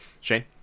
Shane